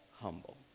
humble